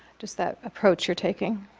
does that approach your taking?